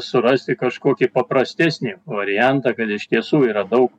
surasti kažkokį paprastesnį variantą kad iš tiesų yra daug